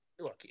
Look